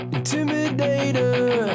Intimidator